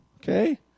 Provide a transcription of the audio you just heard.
Okay